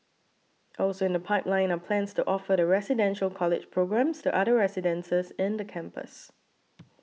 also in the pipeline are plans to offer the Residential College programmes to other residences in the campus